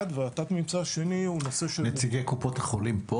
והתת ממצא השני הוא נושא של נציגי קופות החולים.